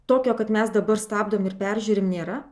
tokio kad mes dabar stabdom ir peržiūrim nėra